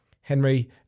Henry